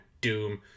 Doom